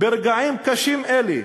ברגעים קשים אלה,